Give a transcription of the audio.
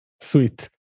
sweet